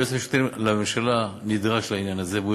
היועץ המשפטי לממשלה נדרש לעניין הזה והוא